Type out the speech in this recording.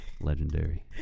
Legendary